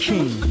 King